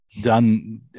done